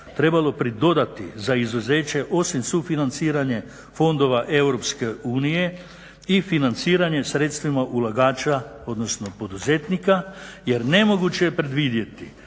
trebalo pridodati za izuzeće osim sufinanciranja fondova Europske unije i financiranje sredstvima ulagača odnosno poduzetnika jer nemoguće je predvidjeti